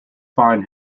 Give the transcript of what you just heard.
fine